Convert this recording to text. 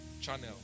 Channel